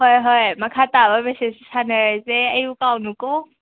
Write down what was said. ꯍꯣꯏ ꯍꯣꯏ ꯃꯈꯥ ꯇꯥꯕ ꯃꯦꯁꯦꯁꯇ ꯁꯥꯟꯅꯔꯁꯦ ꯑꯩꯕꯨ ꯀꯥꯎꯅꯨꯀꯣ